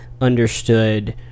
understood